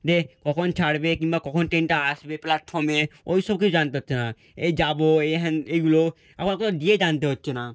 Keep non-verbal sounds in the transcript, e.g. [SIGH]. যে কখন ছাড়বে কিংবা কখন ট্রেনটা আসবে প্ল্যাটফর্মে ওই সব কিছু জানতে হচ্ছে না এই যাব এই [UNINTELLIGIBLE] এইগুলো আবার কোথাও গিয়ে জানতে হচ্ছে না